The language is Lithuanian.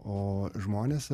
o žmonės